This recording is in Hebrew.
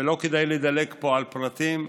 ולא כדאי לדלג פה על פרטים.